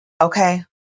okay